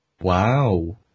Wow